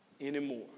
anymore